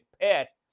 pet